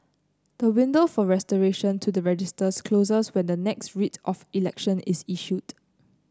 the window for restoration to the registers closes when the next Writ of Election is issued